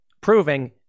proving